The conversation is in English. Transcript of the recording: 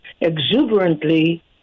exuberantly